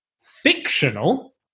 fictional